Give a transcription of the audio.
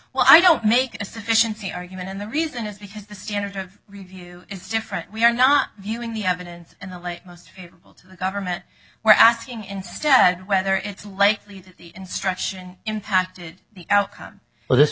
why i don't make a sufficiency argument and the reason is because the standard of review is different we are not viewing the evidence in the light most favorable to the government we're asking instead whether it's likely that the instruction impacted the outcome but this